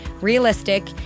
realistic